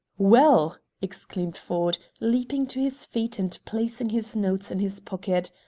well, exclaimed ford, leaping to his feet and placing his notes in his pocket,